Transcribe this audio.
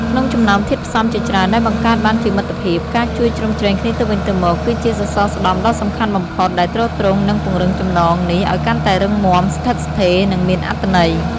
ក្នុងចំណោមធាតុផ្សំជាច្រើនដែលបង្កើតបានជាមិត្តភាព ការជួយជ្រោមជ្រែងគ្នាទៅវិញទៅមក គឺជាសសរស្តម្ភដ៏សំខាន់បំផុត ដែលទ្រទ្រង់ និងពង្រឹងចំណងនេះឲ្យកាន់តែរឹងមាំ ស្ថិតស្ថេរ និងមានអត្ថន័យ។